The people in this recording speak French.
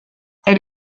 elle